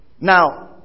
Now